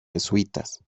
jesuitas